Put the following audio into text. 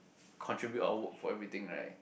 contribute or work for everything right